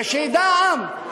ושידע העם,